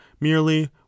merely